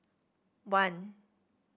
one